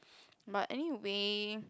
but anyway